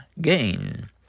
gain